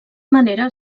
manera